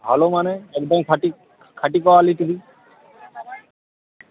ভালো মানে একদম খাঁটি খাঁটি কোয়ালিটিরই